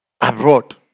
Abroad